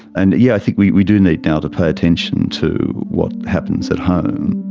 and yeah i think we we do need now to pay attention to what happens at home.